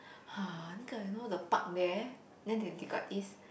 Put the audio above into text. !huh! 那个 you know the park there then they they got this